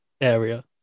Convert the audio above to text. area